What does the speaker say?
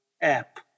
app